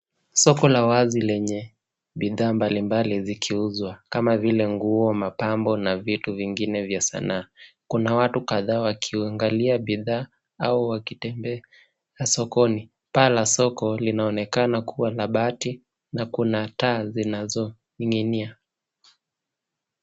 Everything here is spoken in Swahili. Soko la wazi lenye bidhaa mbalimbali zikiuzwa kama vile nguo, mapambo na vitu vingine vya sanaa. Kuna watu kadhaa wakiangalia bidhaa au wakitembea sokoni. Paa la soko linaonekana kuwa la bati na kuna taa zinazoning'inia.